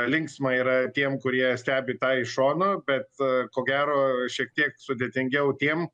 linksma yra tiem kurie stebi tą iš šono bet ko gero šiek tiek sudėtingiau tiem